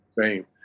fame